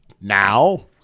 now